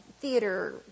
theater